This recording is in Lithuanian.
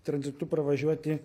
tranzitu pravažiuoti